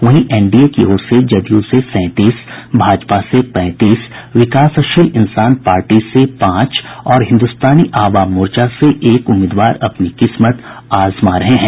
वहीं एनडीए की ओर से जदयू से सैंतीस भाजपा से पैंतीस विकासशील इंसान पार्टी से पांच और हिन्द्रस्तानी आवाम मोर्चा से एक उम्मीदवार अपनी किस्मत आजमा रहे हैं